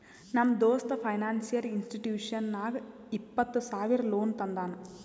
ನಮ್ ದೋಸ್ತ financial institution ನಾಗ್ ಇಪ್ಪತ್ತ ಸಾವಿರ ಲೋನ್ ತಂದಾನ್